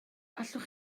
allwch